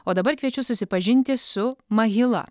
o dabar kviečiu susipažinti su mahila